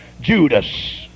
Judas